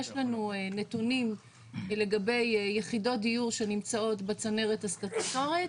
יש לנו נתונים לגבי יחידות דיור שנמצאות בצנרת הסטטוטורית